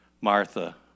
Martha